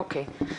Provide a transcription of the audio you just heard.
אוקי.